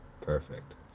Perfect